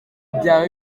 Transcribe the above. byaba